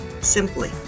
simply